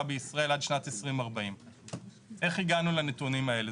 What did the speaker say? בישראל עד שנת 2040. איך הגענו לנתונים האלה?